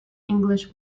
english